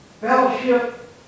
fellowship